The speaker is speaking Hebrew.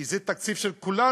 כי זה תקציב של כולנו.